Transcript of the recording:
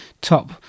top